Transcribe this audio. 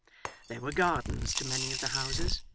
there were gardens to many of the houses,